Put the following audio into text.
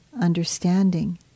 understanding